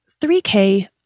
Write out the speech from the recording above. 3K